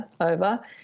over